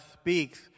speaks